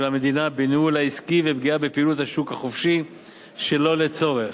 המדינה בניהול העסקי ופגיעה בפעילות השוק החופשי שלא לצורך.